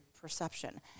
perception